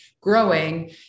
growing